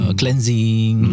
cleansing